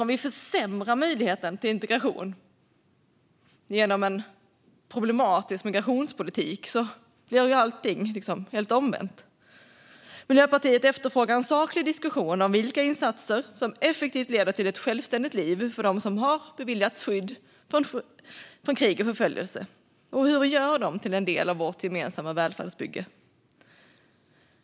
Om vi försämrar möjligheten till integration genom en problematisk migrationspolitik blir ju allting helt omvänt. Miljöpartiet efterfrågar en saklig diskussion om vilka insatser som effektivt leder till ett självständigt liv för dem som har beviljats skydd från krig och förföljelse och hur vi gör dem till en del av vårt gemensamma välfärdsbygge.